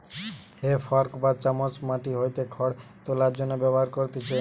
হে fork বা চামচ মাটি হইতে খড় তোলার জন্য ব্যবহার করতিছে